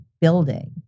building